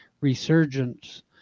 resurgence